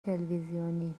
تلویزیونی